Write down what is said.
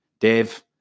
Dave